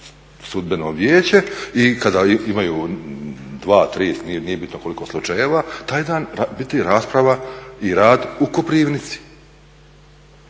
sudbeno vijeće, i kada imaju dva, tri slučajeva taj dan biti rasprava i rad u Koprivnici?